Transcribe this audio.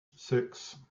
six